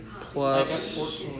Plus